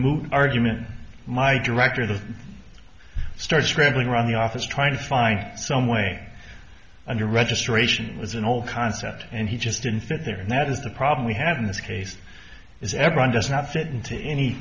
movie argument my director that starts traveling around the office trying to find some way on your registration is an old concept and he just didn't fit there and that is the problem we have in this case is everyone does not fit into any